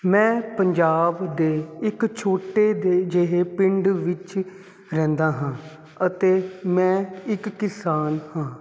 ਮੈਂ ਪੰਜਾਬ ਦੇ ਇੱਕ ਛੋਟੇ ਦੇ ਜਿਹੇ ਪਿੰਡ ਵਿੱਚ ਰਹਿੰਦਾ ਹਾਂ ਅਤੇ ਮੈਂ ਇੱਕ ਕਿਸਾਨ ਹਾਂ